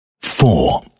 four